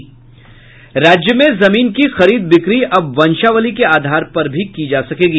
राज्य में जमीन की खरीद बिक्री अब वंशावली के आधार पर भी की जा सकेगी